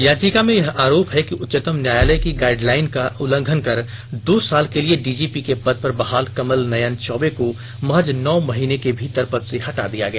याचिका में यह आरोप है कि उच्चतम न्यायालय की गाइडलाइन का उल्लंघन कर दो साल के लिए डीजीपी के पद पर बहाल कमल नयन चौबे को महज नौ महीने के भीतर पद से हटा दिया गया